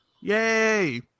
Yay